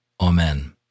Amen